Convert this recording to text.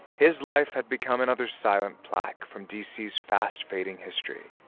his life had become another silent plaque from d c s fast-fading history.